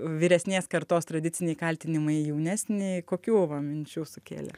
vyresnės kartos tradiciniai kaltinimai jaunesnei kokių va minčių sukėlė